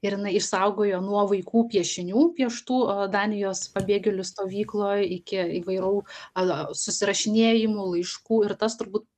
ir jinai išsaugojo nuo vaikų piešinių pieštų danijos pabėgėlių stovykloj iki įvairau susirašinėjimų laiškų ir tas turbūt